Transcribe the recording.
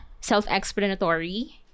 self-explanatory